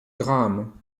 graham